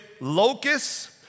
locusts